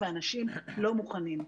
והאנשים לא מוכנים.